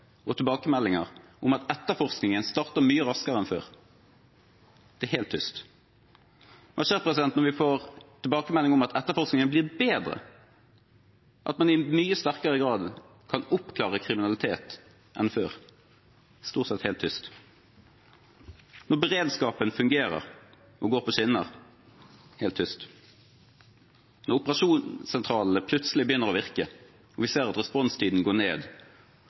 og tilbakemeldinger om at etterforskningen starter mye raskere enn før? Det er helt tyst. Hva skjer når vi får tilbakemelding om at etterforskningen blir bedre, at man i mye sterkere grad enn før kan oppklare kriminalitet? Det er stort sett helt tyst. Hva skjer når beredskapen fungerer og går på skinner? Det er helt tyst. Hva skjer når operasjonssentralene plutselig begynner å virke, og vi ser at responstiden går ned